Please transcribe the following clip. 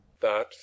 That